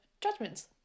judgments